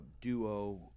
duo